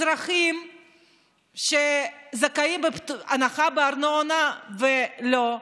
אזרחים שזכאים להנחה בארנונה, ולא.